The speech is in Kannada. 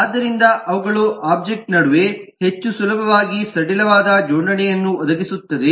ಆದ್ದರಿಂದ ಅವುಗಳು ಒಬ್ಜೆಕ್ಟ್ಗಳ ನಡುವೆ ಹೆಚ್ಚು ಸುಲಭವಾಗಿ ಸಡಿಲವಾದ ಜೋಡಣೆಯನ್ನು ಒದಗಿಸುತ್ತದೆ